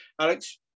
Alex